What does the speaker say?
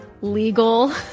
legal